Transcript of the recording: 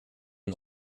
den